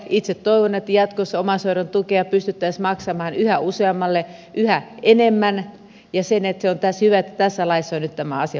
itse toivon että jatkossa omaishoidon tukea pystyttäisiin maksamaan yhä useammalle yhä enemmän ja on hyvä että tässä laissa on nyt tämä asia huomioitu